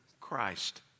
Christ